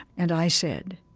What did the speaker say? and i said,